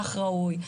כך ראוי,